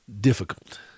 difficult